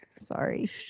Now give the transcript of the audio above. Sorry